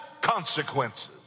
consequences